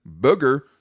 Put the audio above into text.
Booger